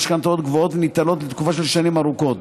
שבהם המשכנתאות גבוהות וניטלות לתקופות של שנים ארוכות.